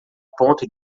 ponto